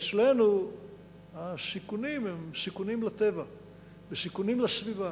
אצלנו הסיכונים הם סיכונים לטבע וסיכונים לסביבה.